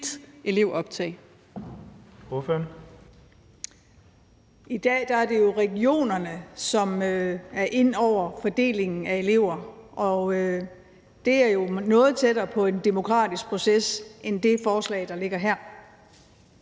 I dag er det jo regionerne, der er inde over fordelingen af elever. Det er jo noget tættere på en demokratisk proces end det forslag, der ligger her.